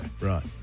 Right